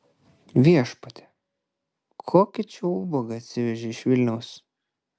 viešpatie kokį čia ubagą atsivežei iš vilniaus